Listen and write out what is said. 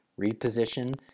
reposition